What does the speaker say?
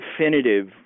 definitive